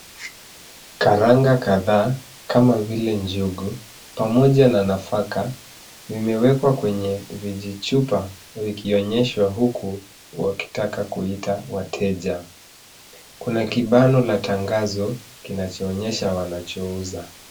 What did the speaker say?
Karanga kadhaa kama vile njugu pamoja na nafaka zimewekwa kwenye vijichupa vikionyeshwa huku wakitaka kuita wateja kuna kibano la tangazo kinachoonyesha wanachouza.